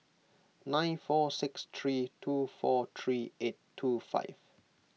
nine four six three two four three eight two five